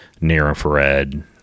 near-infrared